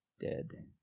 dead